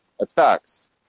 attacks